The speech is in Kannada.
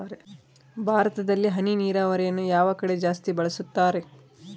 ಭಾರತದಲ್ಲಿ ಹನಿ ನೇರಾವರಿಯನ್ನು ಯಾವ ಕಡೆ ಜಾಸ್ತಿ ಬಳಸುತ್ತಾರೆ?